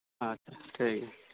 ᱟᱪᱪᱷᱟ ᱴᱷᱤᱠ ᱜᱮᱭᱟ